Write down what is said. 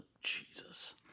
Jesus